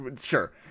Sure